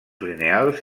lineals